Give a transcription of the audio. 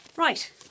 Right